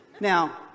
Now